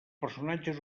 personatges